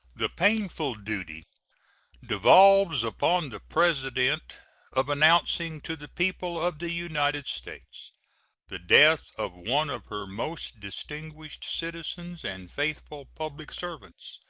the painful duty devolves upon the president of announcing to the people of the united states the death of one of her most distinguished citizens and faithful public servants,